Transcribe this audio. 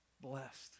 blessed